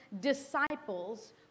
disciples